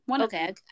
Okay